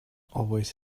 always